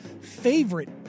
favorite